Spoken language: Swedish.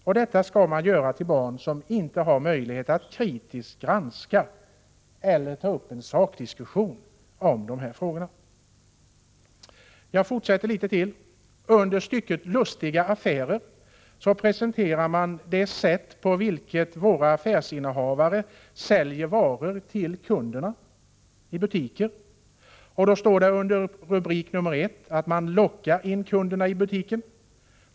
Och det gör man till barn som inte har möjlighet att kritiskt granska eller ta upp en sakdiskussion om dessa frågor. Jag fortsätter litet till. I stycket Lustiga affärer presenterar man det sätt på vilket våra affärsinnehavare säljer varor till kunderna i sina butiker. Under rubrik nr 1 står det att man lockar in kunderna i butikerna.